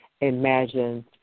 imagine